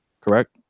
Correct